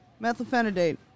methylphenidate